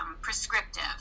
prescriptive